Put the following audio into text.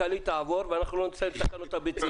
לאפשר מכסות למי שהקים לולי